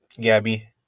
Gabby